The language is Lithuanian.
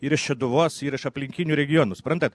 ir iš šeduvos ir iš aplinkinių regionų suprantat